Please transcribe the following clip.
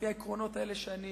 לפי העקרונות שאני